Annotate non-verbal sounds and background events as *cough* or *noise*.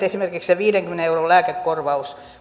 *unintelligible* esimerkiksi se viidenkymmenen euron lääkekorvauksen